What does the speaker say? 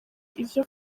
ivyo